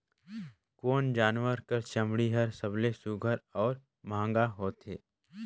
कोन जानवर कर चमड़ी हर सबले सुघ्घर और महंगा होथे?